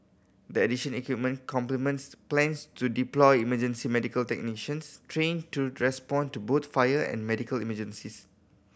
the addition equipment complements plans to deploy emergency medical technicians trained to respond to both fire and medical emergencies